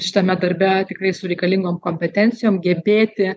šitame darbe tikrai su reikalingom kompetencijom gebėti